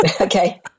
Okay